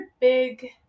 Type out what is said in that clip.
big